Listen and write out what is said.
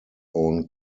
own